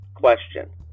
Question